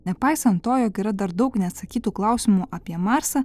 nepaisant to jog yra dar daug neatsakytų klausimų apie marsą